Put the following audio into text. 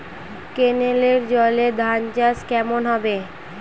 কেনেলের জলে ধানচাষ কেমন হবে?